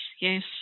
yes